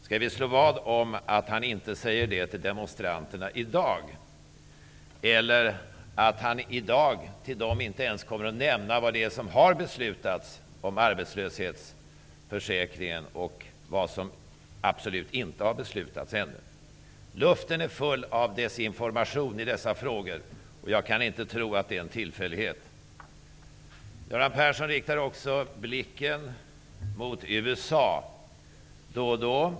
Skall vi slå vad om att han inte säger det till demonstranterna i dag, eller att han i dag inte ens kommer att nämna för dem vad som har beslutats om arbetslöshetsförsäkringen och vad som absolut inte har beslutats om ännu. Luften är full av desinformation i dessa frågor, och jag kan inte tro att det är en tillfällighet. Göran Persson riktar också blicken mot USA då och då.